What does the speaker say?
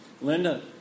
Linda